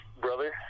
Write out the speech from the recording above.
brother